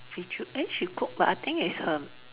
Li Choo eh she cook but I think it's her